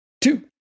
Two